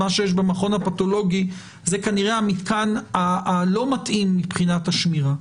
מה שיש במכון הפתולוגי זה כנראה המתקן הלא מתאים מבחינת השמירה.